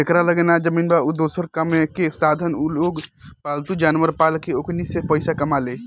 जेकरा लगे ना जमीन बा, ना दोसर कामायेके साधन उलोग पालतू जानवर पाल के ओकनी से पईसा कमाले